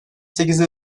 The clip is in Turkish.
sekizi